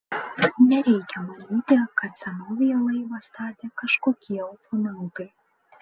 nereikia manyti kad senovėje laivą statė kažkokie ufonautai